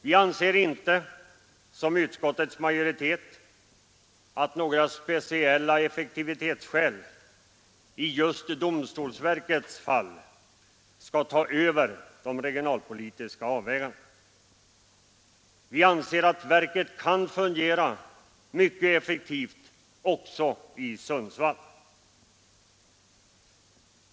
Vi anser inte — som utskottets majoritet — att några speciella effektivitetsskäl i just domstolsverkets fall skall ta över de regionalpolitiska avvägandena. Vi anser att verket kan fungera mycket effektivt också i Sundsvall.